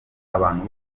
abantu